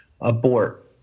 abort